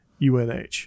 UNH